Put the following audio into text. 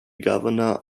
governor